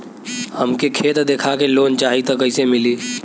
हमके खेत देखा के लोन चाहीत कईसे मिली?